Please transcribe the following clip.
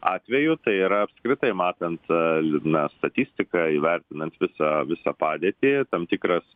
atveju tai yra apskritai matant liūdną statistiką įvertinant visą visą padėtį tam tikras